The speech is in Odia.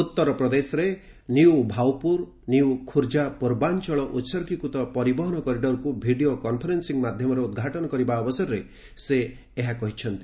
ଉତ୍ତରପ୍ରଦେଶରେ ନ୍ୟୁ ଭାଉପୁର ନ୍ୟୁ ଖୁର୍ଜା ପୂର୍ବାଞ୍ଚଳ ଉସର୍ଗୀକୃତ ପରିବହନ କରିଡ଼ରକୁ ଭିଡ଼ିଓ କନ୍ଫରେନ୍ସିଂ ମାଧ୍ୟମରେ ଉଦ୍ଘାଟନ କରିବା ଅବସରରେ ସେ ଏହା କହିଛନ୍ତି